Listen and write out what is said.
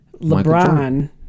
LeBron